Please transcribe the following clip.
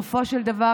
בסופו של דבר,